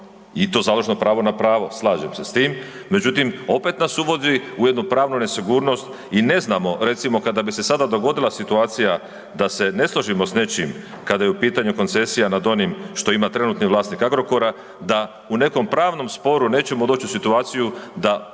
i to založno pravo na pravo, slažem se s tim. Međutim, opet nas uvodi u jednu pravnu nesigurnost i ne znamo, recimo, kada bi se sada dogodila situacija, da se ne složimo s nečim, kada je u pitanju koncesija nad onim što ima trenutni vlasnik Agrokora, da u nekom pravnom sporu nećemo doći u situaciju da dugo